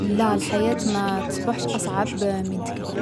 لا، الحياة ما تصبحش أصعب من تكبر.